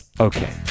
okay